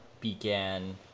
began